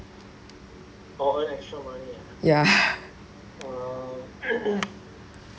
ya